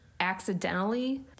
Accidentally